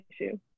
issue